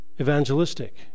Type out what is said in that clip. Evangelistic